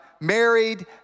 married